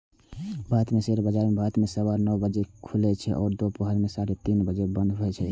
भारत मे शेयर बाजार भोर मे सवा नौ बजे खुलै छै आ दुपहर मे साढ़े तीन बजे बंद भए जाए छै